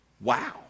Wow